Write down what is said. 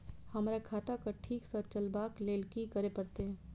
हमरा खाता क ठीक स चलबाक लेल की करे परतै